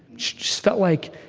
she felt like,